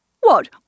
What